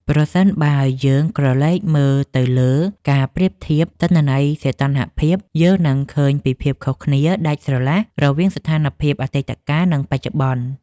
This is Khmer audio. ប្រសិនបើយើងក្រឡេកមើលទៅលើការប្រៀបធៀបទិន្នន័យសីតុណ្ហភាព យើងនឹងឃើញពីភាពខុសគ្នាដាច់ស្រឡះរវាងស្ថានភាពអតីតកាល និងបច្ចុប្បន្ន។